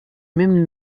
même